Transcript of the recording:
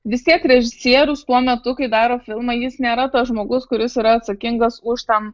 vis tiek režisierius tuo metu kai daro filmą jis nėra tas žmogus kuris yra atsakingas už ten